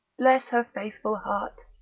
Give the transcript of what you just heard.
bless her faithful heart!